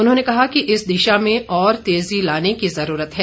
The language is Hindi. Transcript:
उन्होंने कहा कि इस दिशा में और तेजी लाने की जरूरत है